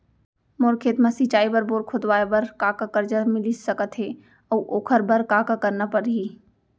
मोर खेत म सिंचाई बर बोर खोदवाये बर का का करजा मिलिस सकत हे अऊ ओखर बर का का करना परही?